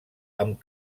amb